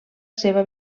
seva